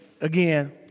again